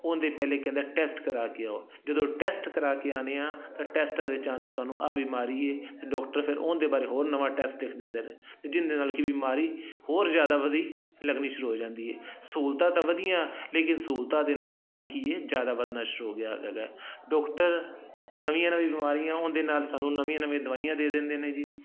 ਉਹਦੇ ਪਹਿਲੇ ਕਹਿੰਦਾ ਟੈਸਟ ਕਰਵਾ ਕੇ ਆਓ ਜਦੋਂ ਟੈਸਟ ਕਰਵਾ ਕੇ ਆਉਂਦੇ ਹਾਂ ਤਾਂ ਟੈਸਟਾਂ ਦੇ ਵਿੱਚ ਆਉਂਦਾ ਤੁਹਾਨੂੰ ਆਹ ਬਿਮਾਰੀ ਹੈ ਅਤੇ ਡੋਕਟਰ ਫਿਰ ਉਹਦੇ ਬਾਰੇ ਹੋਰ ਨਵਾਂ ਟੈਸਟ ਲਿਖ ਦਿੰਦੇ ਨੇ ਜਿਹਦੇ ਨਾਲ ਕਿ ਬਿਮਾਰੀ ਹੋਰ ਜ਼ਿਆਦਾ ਵਧੀ ਲੱਗਣੀ ਸ਼ੁਰੂ ਹੋ ਜਾਂਦੀ ਹੈ ਸਹੂਲਤਾਂ ਤਾਂ ਵਧੀਆ ਲੇਕਿਨ ਸਹੂਲਤਾਂ ਦੇ ਨਾਲ ਡਰ ਵੀ ਕੀ ਹੈ ਜ਼ਿਆਦਾ ਵਧਣਾ ਸ਼ੁਰੂ ਹੋ ਗਿਆ ਡੋਕਟਰ ਨਵੀਆਂ ਨਵੀਆਂ ਬਿਮਾਰੀਆਂ ਉਹਦੇ ਨਾਲ ਸਾਨੂੰ ਨਵੀਆਂ ਨਵੀਆਂ ਦਵਾਈਆਂ ਦੇ ਦਿੰਦੇ ਨੇ ਜੀ